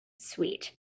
Sweet